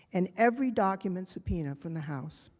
and, every document subpoenaed from the house.